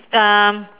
um